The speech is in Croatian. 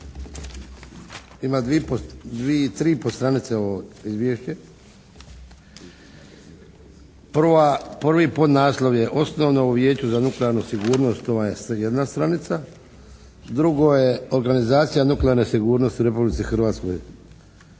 tri i po stranice ovo izvješća. Prvi podnaslov je osnovno u Vijeću za nuklearnu sigurnost. Ovo je sve jedna stranica. Drugo je organizacija nuklearne sigurnosti u Republici Hrvatskoj.